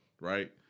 right